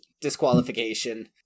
disqualification